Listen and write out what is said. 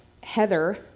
Heather